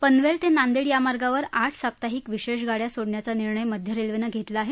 पनवेल ते नांदेड या मार्गावर आठ साप्ताहिक विशेष गाड्या सोडण्याचा निर्णय मध्य रेल्वेनं घेतला आहे